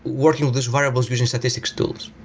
working with these variables using statistic tools.